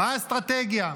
מה האסטרטגיה?